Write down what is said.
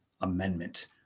Amendment